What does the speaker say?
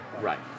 right